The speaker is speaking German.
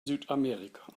südamerika